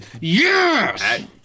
Yes